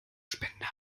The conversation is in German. spender